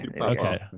Okay